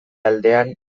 aldean